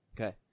Okay